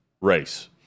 race